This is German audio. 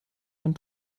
ein